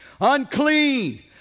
Unclean